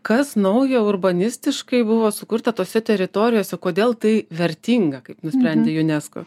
kas naujo urbanistiškai buvo sukurta tose teritorijose kodėl tai vertinga kaip nusprendė unesco